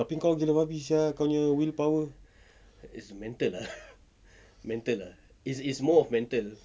tapi kau gila babi sia kau punya willpower